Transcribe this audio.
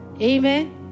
Amen